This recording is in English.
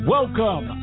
Welcome